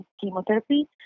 chemotherapy